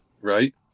right